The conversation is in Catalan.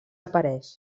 apareix